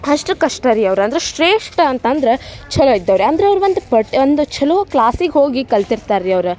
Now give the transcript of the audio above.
ಅಷ್ಟು ಕಷ್ಟ ರೀ ಅವ್ರಂದ್ರೆ ಶ್ರೇಷ್ಟ ಅಂತಂದ್ರೆ ಛಲೊ ಇದ್ದವರೇ ಅಂದರೆ ಅವ್ರು ಒಂದು ಪಟ್ ಒಂದು ಛಲೋ ಕ್ಲಾಸಿಗೆ ಹೋಗಿ ಕಲ್ತಿರ್ತಾರೆ ರೀ ಅವ್ರು